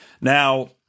Now